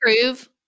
prove